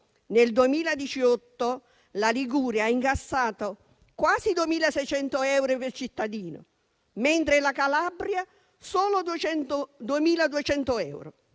nel 2018 la Liguria ha incassato quasi 2.600 euro per cittadino, mentre la Calabria solo 2.200.